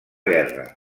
guerra